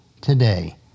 today